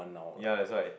ya that's why